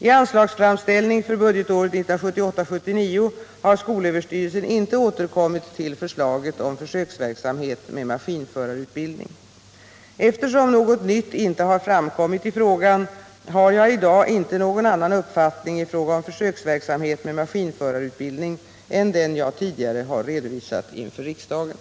I anslagsframställning för budgetåret 1978/79 har skolöverstyrelsen inte återkommit till förslaget om försöksverksamhet med maskinförarutbildning. Eftersom något nytt inte har framkommit i frågan har jag i dag inte någon annan uppfattning i fråga om försöksverksamhet med maskinförarutbildning än den jag tidigare har redovisat inför riksdagen.